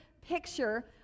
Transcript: picture